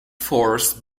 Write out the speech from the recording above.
force